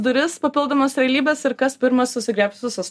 duris papildomos realybės ir kas pirmas susigriebs visus